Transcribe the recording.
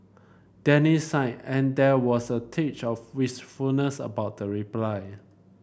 Danny sighed and there was a teach of wistfulness about the reply